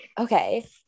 okay